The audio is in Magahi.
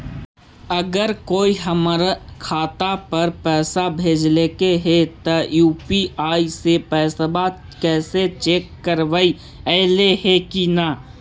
अगर कोइ हमर खाता पर पैसा भेजलके हे त यु.पी.आई से पैसबा कैसे चेक करबइ ऐले हे कि न?